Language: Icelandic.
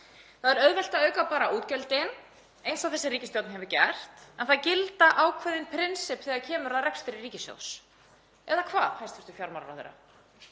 Það er auðvelt að auka bara útgjöldin eins og þessi ríkisstjórn hefur gert en það gilda ákveðin prinsipp þegar kemur að rekstri ríkissjóðs — eða hvað, hæstv. fjármálaráðherra?